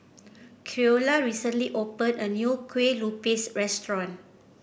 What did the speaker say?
Creola recently opened a new Kueh Lupis Restaurant